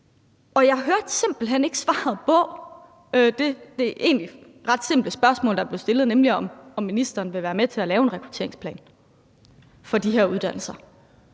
hen ikke svaret på det egentlig ret simple spørgsmål, der blev stillet, nemlig om ministeren vil være med til at lave en rekrutteringsplan for de her uddannelser.